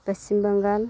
Paschim Bengal